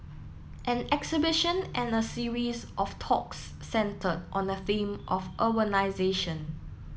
an exhibition and a series of talks centred on a theme of urbanisation